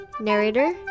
Narrator